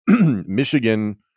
Michigan